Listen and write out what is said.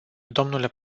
dle